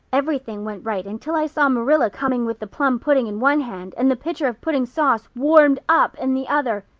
everything went right until i saw marilla coming with the plum pudding in one hand and the pitcher of pudding sauce warmed up, in the other.